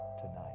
tonight